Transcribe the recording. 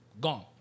gone